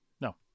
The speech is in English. No